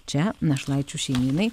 čia našlaičių šeimynai